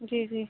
जी जी